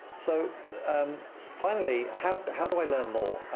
so um finally, how but how do i learn more?